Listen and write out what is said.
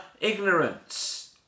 ignorance